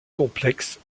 complexe